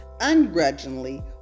ungrudgingly